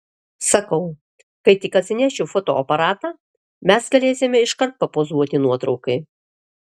sakau kai tik atsinešiu fotoaparatą mes galėsime iškart papozuoti nuotraukai